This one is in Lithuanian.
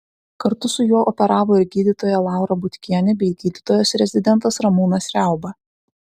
kartu su juo operavo ir gydytoja laura butkienė bei gydytojas rezidentas ramūnas riauba